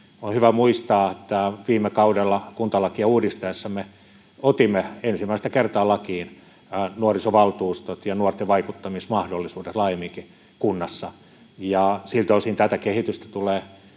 On hyvä muistaa, että viime kaudella, kuntalakia uudistettaessa, me otimme ensimmäistä kertaa lakiin nuorisovaltuustot ja nuorten vaikuttamismahdollisuudet laajemminkin kunnassa, ja siltä osin tätä kehitystä tulee